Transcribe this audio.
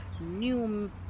new